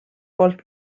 poolt